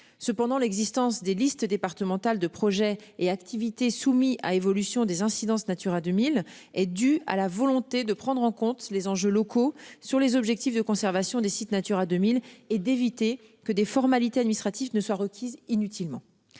cependant l'existence des listes départementales de projets et activités soumis à évolution des incidences Natura 2000 est due à la volonté de prendre en compte les enjeux locaux sur les objectifs de conservation des sites Natura 2000 et d'éviter que des formalités administratifs ne soit requise inutilement